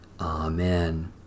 Amen